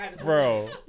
Bro